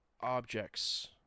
objects